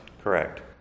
Correct